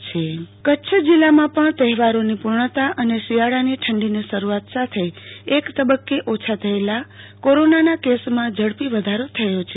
આરતી ભદ્દ ક ચ્છ કોરોના કચ્છ જીલ્લામાં પણ તહેવારોની પૂર્ણતા અને શિયાળાની ઠંડીની શરૂઆત સાથે એક તબબકે ઓછા થયેલા કોરોનાના કેસોમાં ઝડપી વધારો થયો છે